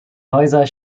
häuser